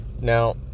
Now